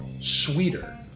sweeter